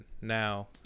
now